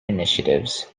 initiatives